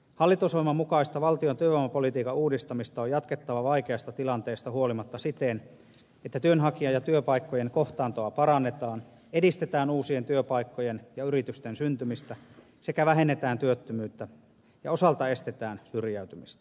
hallitusohjelman mukaista valtion työvoimapolitiikan uudistamista on jatkettava vaikeasta tilanteesta huolimatta siten että työnhakijan ja työpaikkojen kohtaantoa parannetaan edistetään uusien työpaikkojen ja yritysten syntymistä sekä vähennetään työttömyyttä ja osaltaan estetään syrjäytymistä